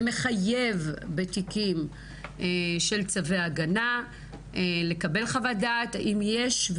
ומחייב בתיקים של צווי הגנה לקבל חוות דעת אם יש,